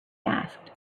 asked